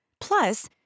Plus